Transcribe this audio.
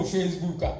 Facebook